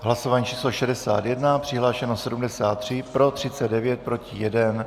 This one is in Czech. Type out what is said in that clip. Hlasování číslo 61, přihlášeno je 73, pro 39, proti 1.